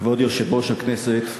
כבוד יושב-ראש הכנסת,